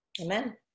Amen